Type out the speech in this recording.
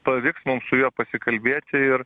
pavyks mums su juo pasikalbėti ir